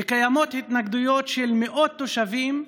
וקיימות התנגדויות של מאות תושבים,